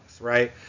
right